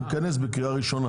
ייכנס בקריאה ראשונה,